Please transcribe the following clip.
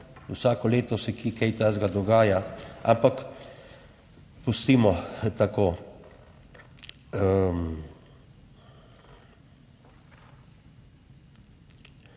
vsako leto se kje kaj takega dogaja, ampak pustimo tako.